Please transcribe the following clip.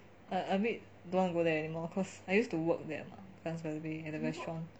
I a bit don't want go there anymore cause I used to work there mah gardens by the bay at the restaurant